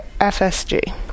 FSG